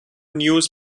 news